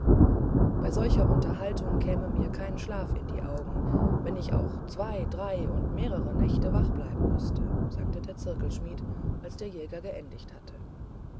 bei solcher unterhaltung käme mir kein schlaf in die augen wenn ich auch zwei drei und mehrere nächte wach bleiben müßte sagte der zirkelschmidt als der jäger geendigt hatte